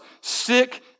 sick